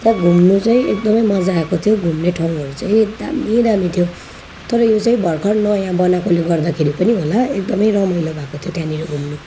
त्यहाँ घुम्नु चाहिँ एकदमै मजा आएको थियो घुम्ने ठाउँहरू चाहिँ दाम्मी दाम्मी थियो तर यो चाहिँ भर्खर नयाँ बनाएकोले गर्दाखेरि पनि होला एकदमै रमाइलो भएको थियो त्यहाँनिर घुम्नु